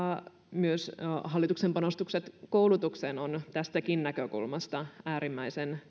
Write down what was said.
myös hallituksen panostukset koulutukseen ovat tästäkin näkökulmasta äärimmäisen